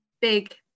big